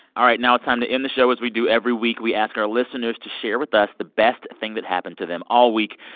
all right. now it's time to end the show as we do every week. we ask our listeners to share with us the best thing that happened to them all week.